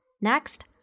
Next